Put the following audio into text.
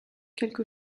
quelque